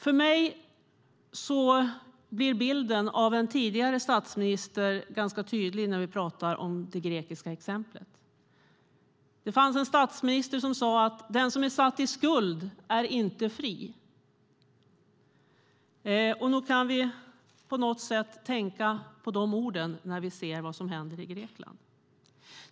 För mig blir bilden av en tidigare statsminister ganska tydlig när vi talar om det grekiska exemplet. Det var ju en statsminister som sade: Den som är satt i skuld är inte fri. Nog kan vi på något sätt tänka på de orden nu när vi ser vad som händer i Grekland.